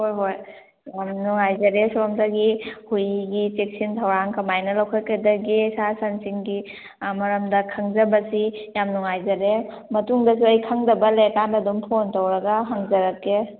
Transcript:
ꯍꯣꯏ ꯍꯣꯏ ꯌꯥꯝ ꯅꯨꯡꯉꯥꯏꯖꯔꯦ ꯁꯣꯝꯗꯒꯤ ꯍꯨꯏꯒꯤ ꯆꯦꯛꯁꯤꯟ ꯊꯧꯔꯥꯡ ꯀꯃꯥꯏꯅ ꯂꯧꯈꯠꯀꯗꯒꯦ ꯁꯥ ꯁꯟ ꯁꯤꯡꯒꯤ ꯃꯔꯝꯗ ꯈꯪꯖꯕꯁꯤ ꯌꯥꯝ ꯅꯨꯡꯉꯥꯏꯖꯔꯦ ꯃꯇꯨꯡꯗꯁꯨ ꯑꯩ ꯈꯪꯗꯕ ꯂꯩꯔ ꯀꯥꯟꯗ ꯑꯗꯨꯝ ꯐꯣꯟ ꯇꯧꯔꯒ ꯍꯪꯖꯔꯛꯀꯦ